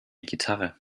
gitarre